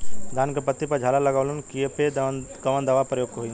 धान के पत्ती पर झाला लगववलन कियेपे कवन दवा प्रयोग होई?